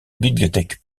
bibliothèque